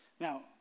Now